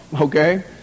okay